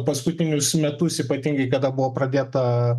paskutinius metus ypatingai kada buvo pradėta